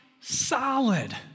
solid